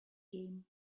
game